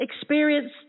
experience